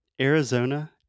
Arizona